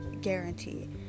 Guarantee